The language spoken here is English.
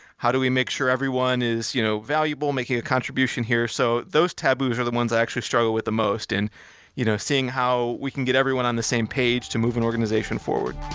how do we make sure everyone is you know valuable, making a contribution here? so those taboos are the ones i actually struggle with the most and you know seeing how we can get everyone on the same page to move an organization forward.